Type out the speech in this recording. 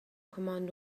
command